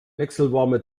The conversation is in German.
wechselwarme